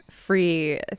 free